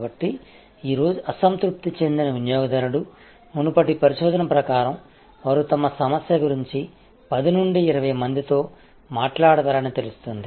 కాబట్టి ఈ రోజు అసంతృప్తి చెందిన వినియోగదారుడు మునుపటి పరిశోధన ప్రకారం వారు తమ సమస్య గురించి 10 నుండి 20 మందితో మాట్లాడతారని తెలుస్తుంది